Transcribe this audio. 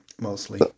Mostly